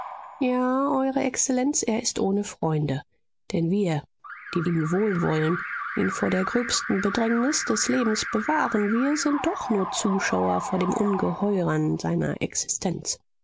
ja eure exzellenz er ist ohne freunde denn wir die ihm wohlwollen ihn vor der gröbsten bedrängnis des lebens bewahren wir sind doch nur zuschauer vor dem ungeheuern seiner existenz